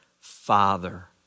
father